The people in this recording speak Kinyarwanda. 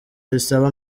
risaba